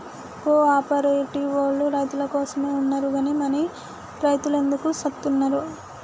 కో ఆపరేటివోల్లు రైతులకోసమే ఉన్నరు గని మరి రైతులెందుకు సత్తున్నరో